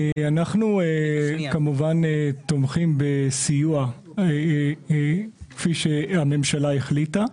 אנחנו כמובן תומכים בסיוע, כפי שהממשלה החליטה,